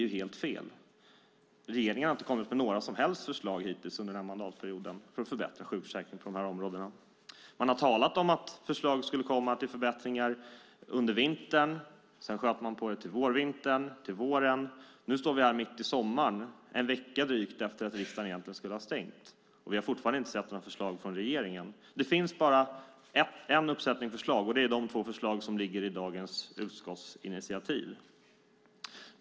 Regeringen har hittills under mandatperioden inte kommit med några som helst förslag på dessa områden för att förbättra sjukförsäkringen. Man har talat om att det ska komma förslag till förbättringar. Först skulle de komma under vintern, sedan sköt man på det till vårvintern och därefter till våren. Nu står vi här mitt i sommaren, drygt en vecka efter att riksdagen egentligen skulle ha stängt för sommaren, och vi har fortfarande inte sett några förslag från regeringen. Det finns bara en uppsättning förslag, nämligen de två förslagen i dagens utskottsinitiativ.